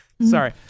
Sorry